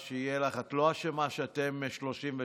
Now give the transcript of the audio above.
את לא אשמה שאתם 33 שרים.